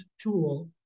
tool